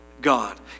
God